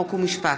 חוק ומשפט,